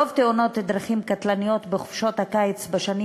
רוב תאונות הדרכים הקטלניות בחופשות הקיץ בשנים